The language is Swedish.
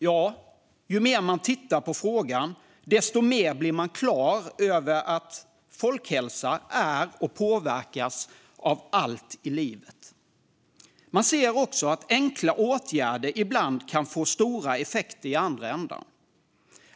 Ju mer man tittar på frågan, desto mer blir man klar över att folkhälsa är och påverkas av allt i livet. Man ser också att enkla åtgärder ibland kan få stora effekter i andra ändan.